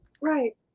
right